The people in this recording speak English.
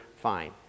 fine